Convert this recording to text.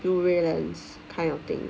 Blu-ray lens kind of thing